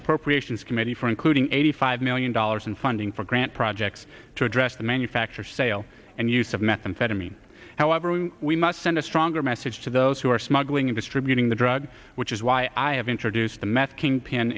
appropriations committee for including eighty five million dollars in funding for grant projects to address the manufacture sale and use of methamphetamine however we must send a stronger message to those who are smuggling and distributing the drugs which is why i have introduced the meth kingpin